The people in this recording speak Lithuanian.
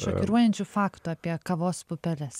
šokiruojančių faktų apie kavos pupeles